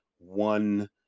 one